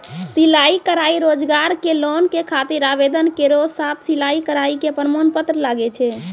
सिलाई कढ़ाई रोजगार के लोन के खातिर आवेदन केरो साथ सिलाई कढ़ाई के प्रमाण पत्र लागै छै?